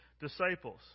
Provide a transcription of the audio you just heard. disciples